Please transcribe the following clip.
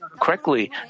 correctly